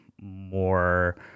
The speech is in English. more